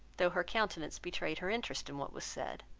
though her countenance betrayed her interest in what was said.